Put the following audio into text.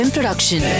Production